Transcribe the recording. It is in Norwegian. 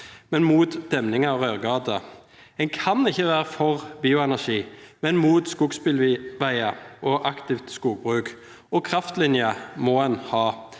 men imot demninger og rørgater. En kan ikke være for bioenergi, men imot skogsbilveier og aktivt skogbruk. Og kraftlinjer må en ha.